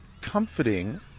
comforting